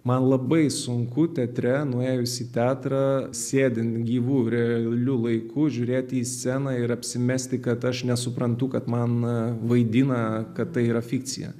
man labai sunku teatre nuėjus į teatrą sėdint gyvu realiu laiku žiūrėti į sceną ir apsimesti kad aš nesuprantu kad man vaidina kad tai yra fikcija